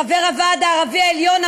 חבר הוועד הערבי העליון,